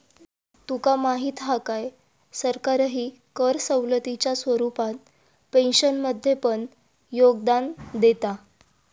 तुका माहीत हा काय, सरकारही कर सवलतीच्या स्वरूपात पेन्शनमध्ये पण योगदान देता